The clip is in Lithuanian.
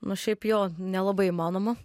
nu šiaip jo nelabai įmanoma